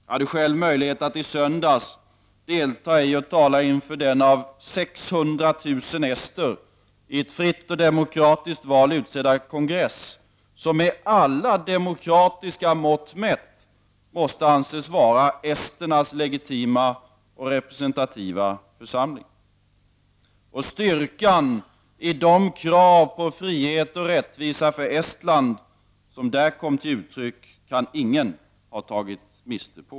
Jag hade själv möjlighet att i söndags delta i och tala inför den av 600 000 ester i ett fritt och demokratiskt val utsedda kongress som med alla demokratiska mått mätt måste anses vara esternas legitima och representativa församling. Styrkan i de krav på frihet och rättvisa för Estland som där kom till uttryck kan ingen ha tagit miste på.